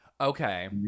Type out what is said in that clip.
Okay